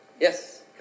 Yes